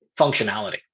functionality